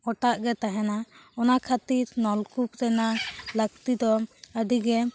ᱚᱴᱟᱜ ᱜᱮ ᱛᱟᱦᱮᱱᱟ ᱚᱱᱟ ᱠᱷᱟᱹᱛᱤᱨ ᱱᱚᱞᱠᱩᱯ ᱨᱮᱱᱟᱜ ᱞᱟᱹᱠᱛᱤ ᱫᱚ ᱟᱹᱰᱤ ᱜᱮ